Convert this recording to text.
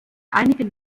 einigen